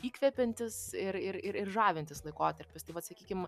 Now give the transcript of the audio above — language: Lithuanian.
įkvepiantis ir ir ir žavintis laikotarpis tai vat sakykim